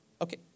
Okay